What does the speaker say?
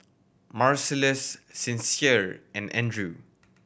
Marcellus Sincere and Andrew